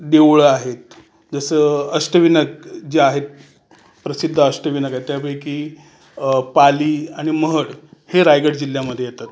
देऊळं आहेत जसं अष्टविनायक जे आहेत प्रसिद्ध अष्टविनायक आहेत त्यापैकी पाली आणि महड हे रायगड जिल्ह्यामध्ये येतात